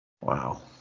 Wow